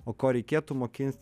o ko reikėtų mokintis